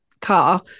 car